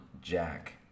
Jack